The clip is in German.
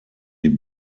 die